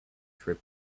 trip